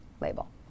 label